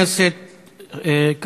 תודה רבה.